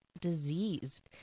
diseased